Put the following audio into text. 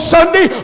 Sunday